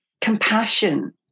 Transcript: compassion